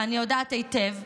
ואני יודעת היטב,